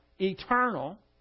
eternal